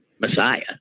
Messiah